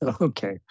Okay